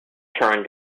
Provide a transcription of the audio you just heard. returned